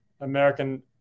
American